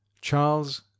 Charles